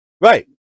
Right